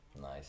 nice